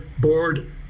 Board